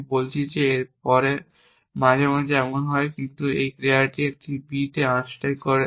আমি বলছি এর পরে মাঝে মাঝে এমন হয় কিন্তু এই ক্রিয়াটি একটি b আনস্ট্যাক করে